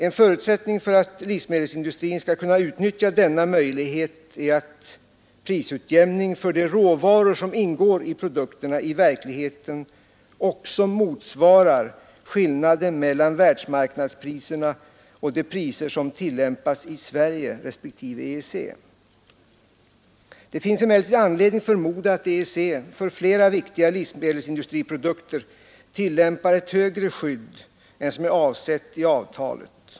En förutsättning för att livsmedelsindustrin skall kunna utnyttja denna möjlighet är att prisutjämningen för de råvaror som ingår i produkterna i verkligheten också motsvarar skillnaden mellan världsmarknadspriserna och de priser som tillämpas i Sverige respektive EEC. Det finns emellertid anledning förmoda att EEC för flera viktiga livsmedelsindustriprodukter tillämpar ett högre skydd än som är avsett i avtalet.